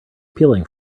peeling